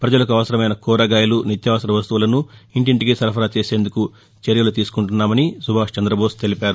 పజలకు అవసరమైన కూరగాయలు నిత్యావసర వస్తువులను ఇంటింటికి సరఫరా చేసేందుకు చర్యలు తీసుకుంటున్నామని సుభాష్ చం్రదబోస్ తెలిపారు